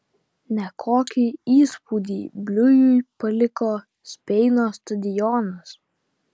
nekokį įspūdį bliujui paliko speino stadionas